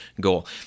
goal